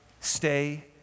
Stay